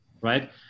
right